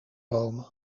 rome